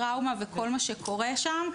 טראומה וכל מה שקורה שם,